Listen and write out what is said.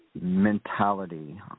mentality